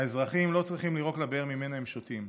האזרחים לא צריכים לירוק לבאר שממנה הם שותים.